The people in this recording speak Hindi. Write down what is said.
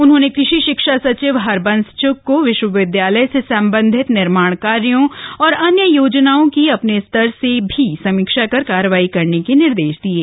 उन्होंने कृषि शिक्षा सचिव हरबंस च्घ को विश्वविद्यालय से संबंधित निर्माण कार्यों और अन्य योजनाओं की अपने स्तर से भी समीक्षा कर कार्रवाई करने के निर्देश दिये